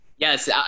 Yes